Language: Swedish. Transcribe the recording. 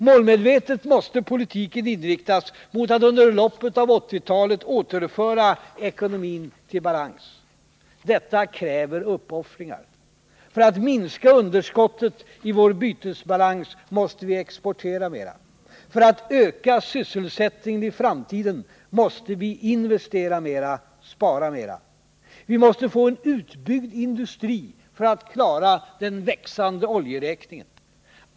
Målmedvetet måste politiken inriktas mot att under loppet av 1980-talet återföra ekonomin till balans. Detta kräver uppoffringar. För att minska underskottet i vår bytesbalans måste vi exportera mera. För att öka sysselsättningen i framtiden måste vi investera mera, spara mera. Vi måste få en utbyggd industri för att klara den växande oljeräkningen.